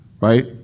Right